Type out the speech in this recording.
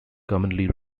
commonly